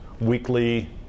weekly